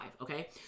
okay